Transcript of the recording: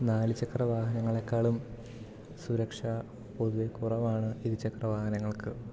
നാലു ചക്ര വാഹനങ്ങളെക്കാളും സുരക്ഷ പൊതുവെ കുറവാണ് ഇരുചക്ര വാഹനങ്ങൾക്ക്